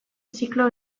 ziklo